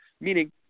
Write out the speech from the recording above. meaning